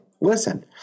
listen